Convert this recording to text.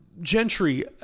gentry